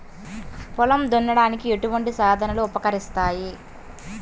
పొలం దున్నడానికి ఎటువంటి సాధనలు ఉపకరిస్తాయి?